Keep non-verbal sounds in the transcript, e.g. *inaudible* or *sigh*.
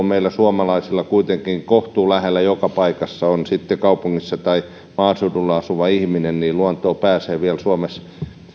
*unintelligible* meillä suomalaisilla kohtuulähellä joka paikassa on sitten kaupungissa tai maaseudulla asuva ihminen niin luontoon pääsee vielä suomessa